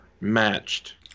matched